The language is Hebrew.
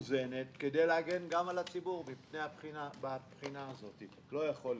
המאוזנת כדי להגן גם על הציבור בבחינה הזאת לא יכול להיות.